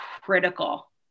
critical